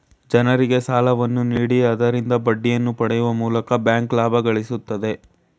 ಜನರಿಗೆ ಸಾಲವನ್ನು ನೀಡಿ ಆದರಿಂದ ಬಡ್ಡಿಯನ್ನು ಪಡೆಯುವ ಮೂಲಕ ಬ್ಯಾಂಕ್ ಲಾಭ ಗಳಿಸುತ್ತದೆ